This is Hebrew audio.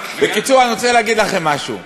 בקיצור, אני רוצה להגיד לכם משהו.